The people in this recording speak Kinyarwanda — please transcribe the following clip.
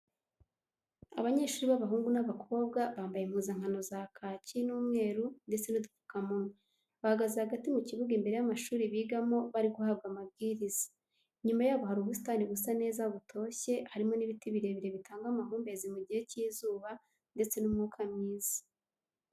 Abanyeshuri b'abahungu n'abakobwa bambaye impuzankano za kaki n'umweru ndetse n'udupfukamunwa, bahagaze hagati mu kibuga imbere y'amashuri bigamo bariguhabwa amabwiriza, inyuma yabo hari ubusitani busa neza butoshye harimo n'ibiti birebire bitanga amahumbezi mu gihe cy'izuba ndetse n'umwuka mwiza.